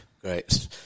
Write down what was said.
great